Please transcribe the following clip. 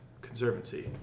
conservancy